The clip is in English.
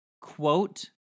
quote